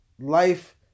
life